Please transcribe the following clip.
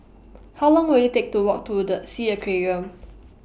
How Long Will IT Take to Walk to The S E A Aquarium